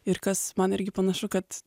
ir kas man irgi panašu kad